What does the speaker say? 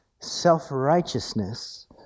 Self-righteousness